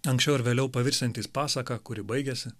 anksčiau ar vėliau pavirsiantys pasaka kuri baigiasi